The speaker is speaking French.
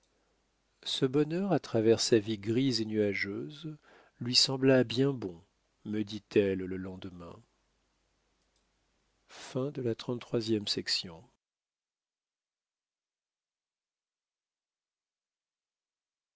ce bonheur à travers sa vie grise et nuageuse lui sembla bien bon me dit-elle le lendemain